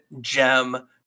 gem